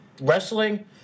wrestling